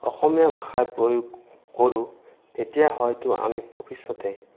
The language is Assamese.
অসমীয়া ভাষাৰ প্ৰয়োগ কৰোঁ তেতিয়া হয়তো আমি ভৱিষ্যতে